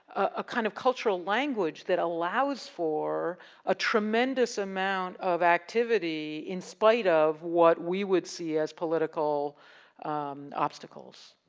a kind of cultural language that allows for a tremendous amount of activity in spite of what we would see as political obstacles.